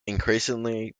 increasingly